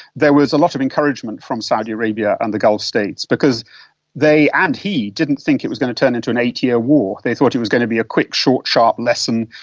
there was a lot of encouragement from saudi arabia and the gulf states because they, and he, didn't think it was going to turn into an eight-year war. they thought it was going to be a quick, short, sharp lesson,